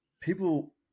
people